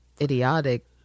idiotic